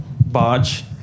barge